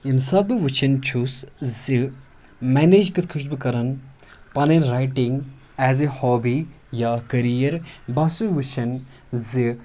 ییٚمہِ ساتہٕ بہٕ وٕچھان چھُس زِ مٮ۪نیج کِتھ کٔنۍ چھُس بہٕ کَران پَنٕنۍ رایٹِنٛگ ایز اَ ہابی یا کٔرِیَر بہٕ سا چھُس وٕچھان زِ